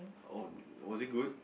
oh was it good